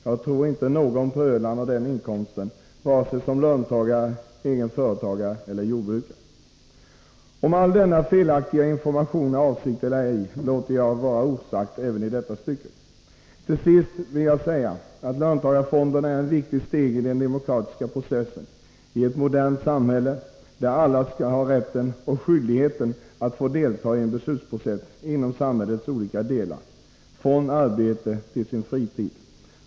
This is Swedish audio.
Jag tror inte någon på Öland har den inkomsten, vare sig som löntagare, egen företagare eller jordbrukare. Om all denna felaktiga information är avsiktlig eller ej låter jag vara osagt även i detta stycke. Till sist vill jag säga att löntagarfonderna är ett viktigt steg i den demokratiska processen i ett modernt samhälle, där alla skall ha rätt och skyldighet att delta i beslutsprocessen inom samhällets olika delar, både på arbetet och på fritiden.